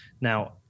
Now